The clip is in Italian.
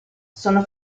sono